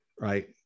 right